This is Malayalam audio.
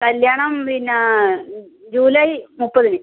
കല്ല്യാണം പിന്നെ ജൂലൈ മുപ്പതിന്